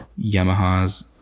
Yamahas